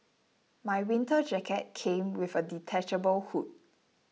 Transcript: my winter jacket came with a detachable hood